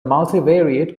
multivariate